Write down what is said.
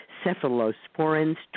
cephalosporins